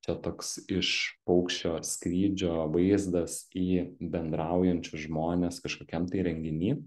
čia toks iš paukščio skrydžio vaizdas į bendraujančius žmones kažkokiam tai renginy